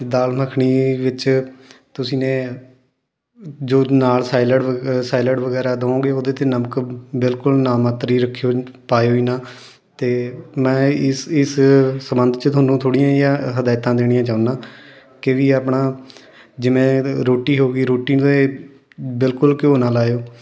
ਦਾਲ ਮੱਖਣੀ ਦੇ ਵਿੱਚ ਤੁਸੀਂ ਨੇ ਜੋ ਨਾਲ ਸਾਈਲਡ ਸਾਈਲਡ ਵਗੈਰਾ ਦੋਓਂਗੇ ਉਹਦੇ 'ਤੇ ਨਮਕ ਬਿਲਕੁਲ ਨਾ ਮਾਤਰ ਹੀ ਰੱਖਿਓ ਪਾਇਓ ਹੀ ਨਾ ਅਤੇ ਮੈਂ ਇਸ ਇਸ ਸੰਬੰਧ 'ਚ ਤੁਹਾਨੂੰ ਥੋੜ੍ਹੀਆਂ ਜਿਹੀਆਂ ਹਦਾਇਤਾਂ ਦੇਣੀਆਂ ਚਾਹੁੰਦਾ ਕਿ ਵੀ ਆਪਣਾ ਜਿਵੇਂ ਰੋਟੀ ਹੋ ਗਈ ਰੋਟੀ 'ਤੇ ਬਿਲਕੁਲ ਘਿਓ ਨਾ ਲਾਇਓ